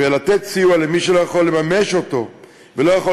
ולתת סיוע למי שלא יכול לממש אותו ולא יכול